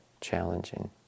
challenging